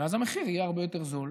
ואז המחיר יהיה הרבה יותר נמוך,